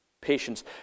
patience